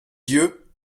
yeux